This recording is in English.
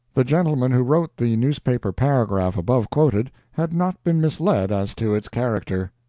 the gentleman who wrote the newspaper paragraph above quoted had not been misled as to its character.